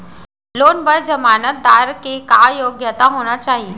Loan बर जमानतदार के का योग्यता होना चाही?